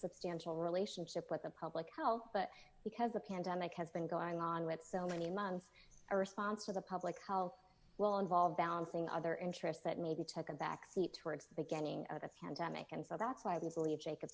substantial relationship with the public health but because the pandemic has been going on with so many months a response of the public health will involve balancing other interests that maybe took a backseat to riggs the beginning of a pandemic and so that's why we believe jacob